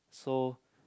so